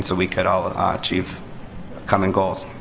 so we could all ah ah achieve common goals.